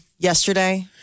Yesterday